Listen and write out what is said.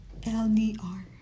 LDR